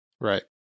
Right